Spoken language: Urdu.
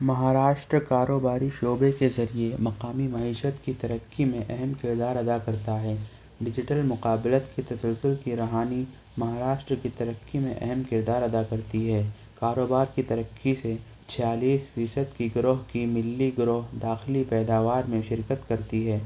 مہاراشٹرا کاروباری شعبے کے ذریعے مقامی معیشت کی ترقی میں اہم کردار ادا کرتا ہے ڈیجیٹل مقابلت کی تسلسل کی رہانی مہاراشٹرا کی ترقی میں اہم کردار ادا کرتی ہے کاروبار کی ترقی سے چھیالیس فیصد کی گروہ کی ملی گروہ داخلی پیداوار میں شرکت کرتی ہے